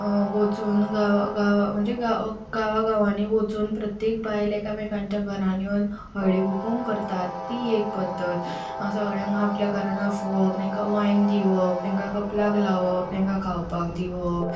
वचून गांव गांव म्हणचे गांव गांवानी वचून प्रत्येक बायल एकामेकांच्या घरांत येवन हळदीकुकूम करतात ती एक पद्दत मागीर सगळ्यांक आपल्या घरांत आपोवप तांकां वाय्न दिवप तांकां कपलाक लावप तांकां खावपाक दिवप